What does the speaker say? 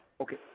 okay